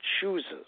chooses